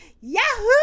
Yahoo